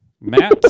Matt